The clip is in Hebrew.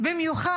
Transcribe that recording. במיוחד